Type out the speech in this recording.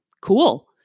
Cool